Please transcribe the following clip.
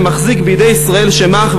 זה המחזיק בידי ישראל שמך,